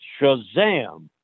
Shazam